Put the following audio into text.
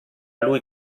lui